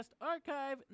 archive